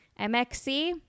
mxc